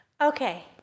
Okay